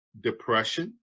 depression